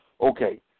Okay